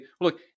look